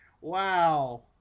Wow